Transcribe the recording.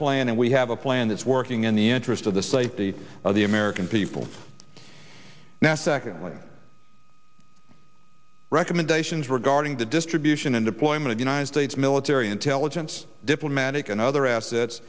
plan and we have a plan that's working in the interest of the safety of the american people now secondly recommendations regarding the distribution and deployment of united states military intelligence diplomatic and other assets